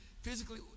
Physically